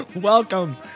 Welcome